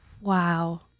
wow